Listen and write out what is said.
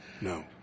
no